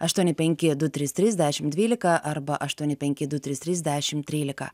aštuoni penki du trys trys dešim dvylika arba aštuoni penki du trys trys dešim trylika